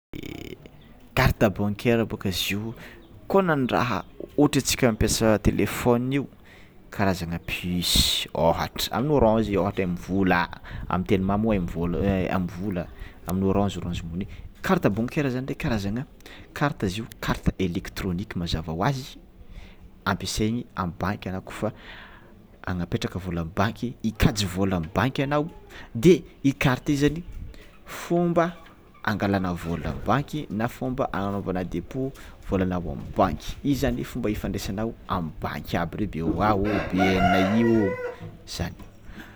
Carte bancaire bôka izy io kô nandraha otrantsika mampiasa télephone io karazagna puce ôhatra amin'ny orange ohatra mvola amy telma moa mvola amin'ny orange orange money, carte bancaire de karazagna carte izy io carte électronique mazava hoazy ampasaigny amin'ny banque anao kôfa agnapetraka vola amin'ny banque, ikajy vôla amin'ny banque anao de i carte i zany fomba angalana vôla amin'ny banque na fomba hagnanaovanao depôt vôlanao amy banque igny zany fomba ifandraisano amin'ny banque aby ireo BOA, ôhatra BNI ô zany